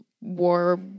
war